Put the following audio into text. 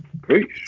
Great